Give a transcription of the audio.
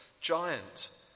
giant